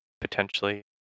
potentially